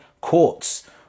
courts